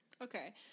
Okay